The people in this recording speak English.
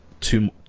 two